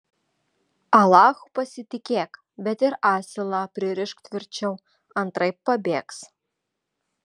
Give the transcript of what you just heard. alachu pasitikėk bet ir asilą pririšk tvirčiau antraip pabėgs